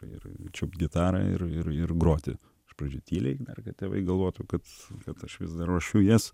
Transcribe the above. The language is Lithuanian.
ir čiupt gitarą ir ir groti iš pradžių tyliai dar kad tėvai galvotų kad kad aš vis dar ruošiu jas